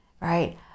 right